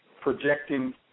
projecting